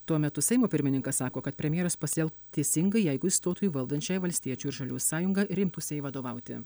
tuo metu seimo pirmininkas sako kad premjeras pasiel teisingai jeigu įstotų į valdančiąją valstiečių ir žaliųjų sąjungą ir imtųsi jai vadovauti